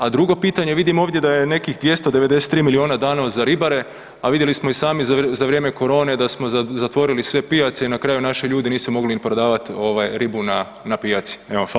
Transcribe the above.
A drugo pitanje, vidim ovdje da je nekih 2,93 miliona dano za ribare, a vidjeli smo i sami za vrijeme korone da smo zatvorili sve pijace i na kraju naši ljudi nisu mogli ni prodavat ovaj ribu na pijaci.